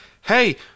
hey